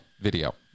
video